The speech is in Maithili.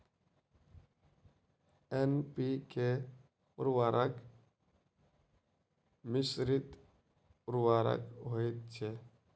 एन.पी.के उर्वरक मिश्रित उर्वरक होइत छै